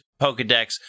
Pokedex